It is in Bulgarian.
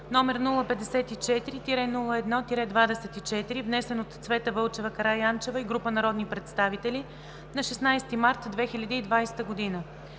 № 054-01-24, внесен от Цвета Вълчева Караянчева и група народни представители на 16 март 2020 г.